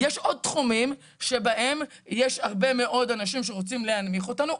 יש עוד תחומים שבהם יש הרבה מאוד אנשים שרוצים להנמיך אותנו,